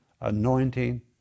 anointing